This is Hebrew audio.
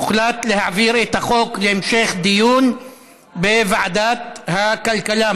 הוחלט להעביר את החוק להמשך דיון בוועדת הכלכלה,